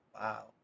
wow